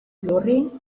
lurrin